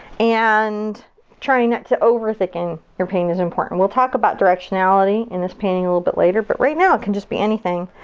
and trying not to over thicken your paint is important. we'll talk about directionality in this painting a little bit later, but right now it can just be anything.